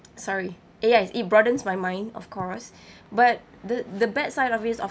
sorry yes it broadens my mind of course but the the bad side of this of